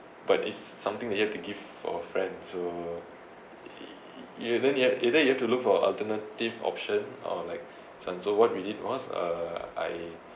but it's something you have to give for friend so you didn't yet is it you have to look for alternative option or like some so what we did was uh I